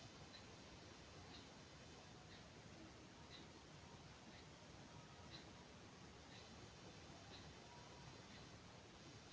आपस मॅ मिली जुली क खेती करला स खेती कम होय छै